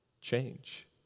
change